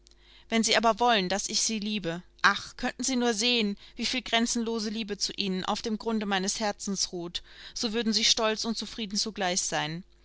wenn sie aber wollen daß ich sie liebe ach könnten sie nur sehen wieviel grenzenlose liebe zu ihnen auf dem grunde meines herzens ruht so würden sie stolz und zufrieden zugleich sein